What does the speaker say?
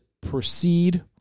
proceed